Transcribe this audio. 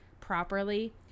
properly